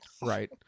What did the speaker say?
Right